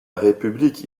république